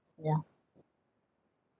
yeah